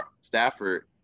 Stafford